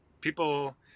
people